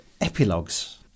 epilogues